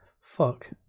Fuck